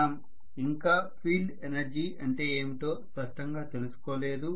మనం ఇంకా field energy అంటే ఏమిటో స్పష్టంగా తెలుసుకో లేదు